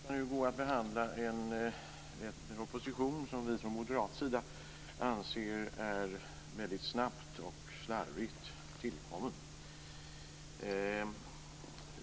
Herr talman! Vi skall nu behandla en proposition, som vi från moderaterna anser vara väldigt snabbt och slarvigt tillkommen.